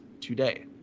today